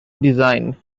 design